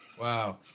Wow